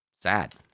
Sad